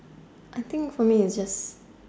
I think for me it's just